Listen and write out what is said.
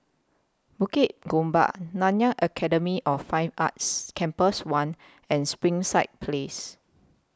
Bukit Gombak Nanyang Academy of Fine Arts Campus one and Springside Place